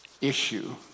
issue